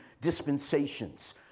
dispensations